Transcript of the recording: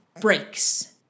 breaks